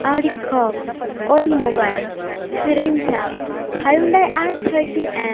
Audi coupe Oldsmobile Firenza Hyundai I thirteen M